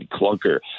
clunker